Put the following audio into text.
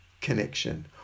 connection